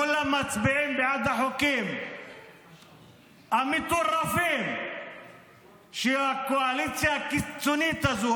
כולם מצביעים בעד החוקים המטורפים שהקואליציה הקיצונית הזאת,